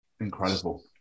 Incredible